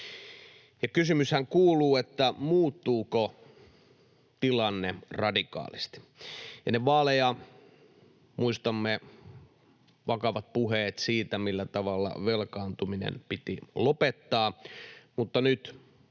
kysymyshän kuuluu: muuttuuko tilanne radikaalisti? Ennen vaaleja muistamme vakavat puheet siitä, millä tavalla velkaantuminen piti lopettaa, mutta nyt,